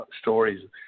stories